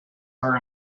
are